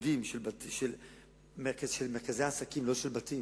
בודדים, של מרכזי עסקים, לא של בתים.